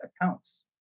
accounts